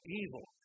evil